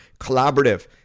collaborative